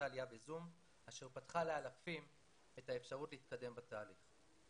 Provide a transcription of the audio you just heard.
העלייה ב-זום אשר פתחה לאלפים את האפשרות להתקדם בתהליך.